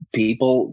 people